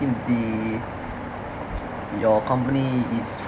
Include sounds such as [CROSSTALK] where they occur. in the [NOISE] your company is